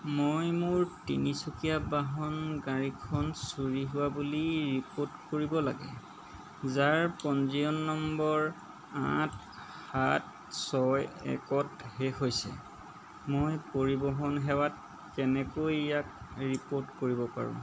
মই মোৰ তিনিচকীয়া বাহন গাড়ীখন চুৰি হোৱা বুলি ৰিপ'ৰ্ট কৰিব লাগে যাৰ পঞ্জীয়ন নম্বৰ আঠ সাত ছয় এক ত শেষ হৈছে মই পৰিবহণ সেৱাত কেনেকৈ ইয়াক ৰিপ'ৰ্ট কৰিব পাৰোঁ